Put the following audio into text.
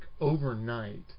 overnight